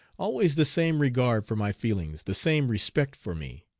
always the same regard for my feelings, the same respect for me!